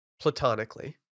platonically